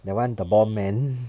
the one the bomb man